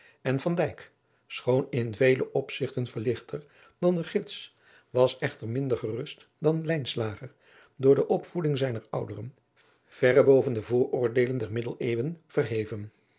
en van dijk schoon in vele opzigten verlichter dan de gids was echter minder gerust dan lijnslager door de opvoeding zijner ouderen verre boven de vooroordeelen der middeleeuwen verheven